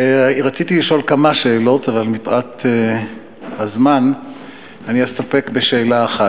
רציתי לשאול כמה שאלות אבל מפאת הזמן אני אסתפק בשאלה אחת: